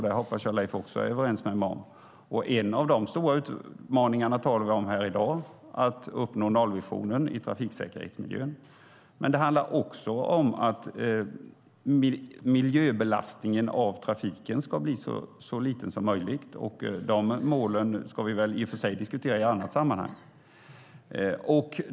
Det hoppas jag att Leif Pettersson är överens med mig om. En av de stora utmaningar som vi talar om här i dag är att uppnå nollvisionen i trafiksäkerhetsmiljön. Men det handlar också om att miljöbelastningen från trafiken ska bli så liten som möjligt. Dessa mål ska vi i och för sig diskutera i ett annat sammanhang.